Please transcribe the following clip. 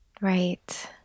Right